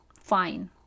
fine